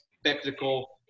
spectacle